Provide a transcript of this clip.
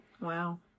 Wow